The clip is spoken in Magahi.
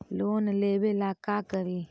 लोन लेबे ला का करि?